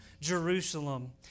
Jerusalem